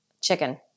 Chicken